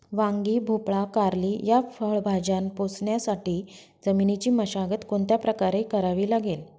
वांगी, भोपळा, कारली या फळभाज्या पोसण्यासाठी जमिनीची मशागत कोणत्या प्रकारे करावी लागेल?